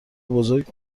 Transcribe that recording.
بزرگ